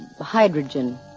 hydrogen